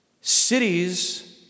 cities